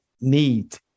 need